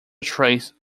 trace